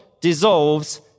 dissolves